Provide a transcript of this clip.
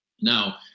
Now